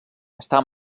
està